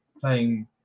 playing